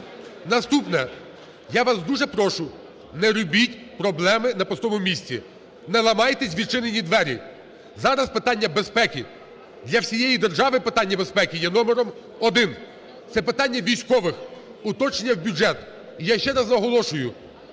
Наступне. Я вас дуже прошу, не робіть проблеми на пустому місці, не ламайте відчинені двері. Зараз питання безпеки. Для всієї держави питання безпеки є номером один. Це питання військових, уточнення в бюджет. І я ще раз наголошую,